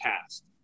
passed